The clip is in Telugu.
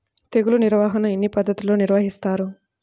తెగులు నిర్వాహణ ఎన్ని పద్ధతుల్లో నిర్వహిస్తారు?